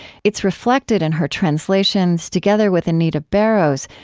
it's reflected in her translations, together with anita barrows,